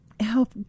help